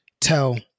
tell